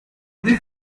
this